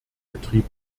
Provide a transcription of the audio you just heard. betrieb